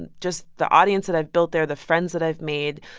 and just the audience that i've built there, the friends that i've made,